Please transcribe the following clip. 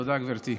תודה, גברתי.